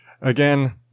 Again